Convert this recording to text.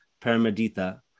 Paramedita